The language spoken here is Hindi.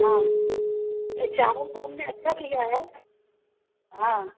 हाँ नहीं चावल तो हमने अच्छा दिया है हाँ